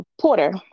Porter